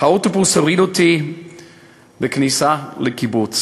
האוטובוס הוריד אותי בכניסה לקיבוץ.